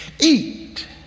Eat